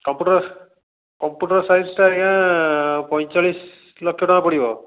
computer computer ସାଇନ୍ସଟା ଆଜ୍ଞା ପଇଁଚାଳିସ ଲକ୍ଷ ଟଙ୍କା ପଡ଼ିବ